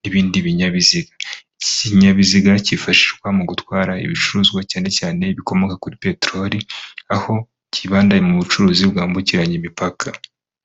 n'ibindi binyabiziga, ikinyabiziga kifashishwa mu gutwara ibicuruzwa cyane cyane bikomoka kuri peteroli, aho kibanda mu bucuruzi bwambukiranya imipaka.